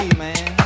man